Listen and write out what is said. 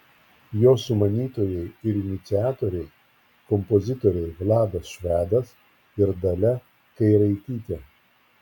jo sumanytojai ir iniciatoriai kompozitoriai vladas švedas ir dalia kairaitytė